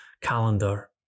calendar